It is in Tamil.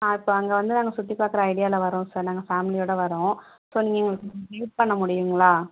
ஆ இப்போ அங்கே வந்து நாங்கள் சுற்றி பார்க்கற ஐடியாவில் வரோம் சார் நாங்கள் ஃபேமிலியோடு வரோம் ஸோ நீங்கள் எங்களுக்கு ஹெல்ப் பண்ண முடியும்ங்களா